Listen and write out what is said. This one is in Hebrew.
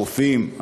הרופאים,